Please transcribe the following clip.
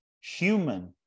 human